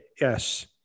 Yes